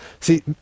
see